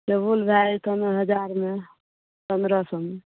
table भए जेतौ ने हजारमे पन्द्रह सओमे